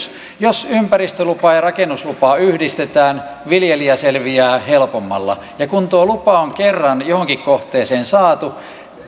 jos ympäristölupa ja rakennuslupa yhdistetään viljelijä selviää helpommalla ja kun tuo lupa on kerran johonkin kohteeseen saatu niin